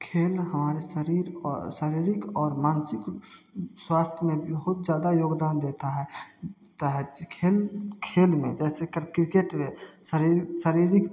खेल हमारे शरीर और शारीरिक और मानसिक स्वास्थ्य में बहुत ज़्यादा योगदान देता है ता है खेल खेल में जैसे क्रिकेट में शारीरिक शारीरिक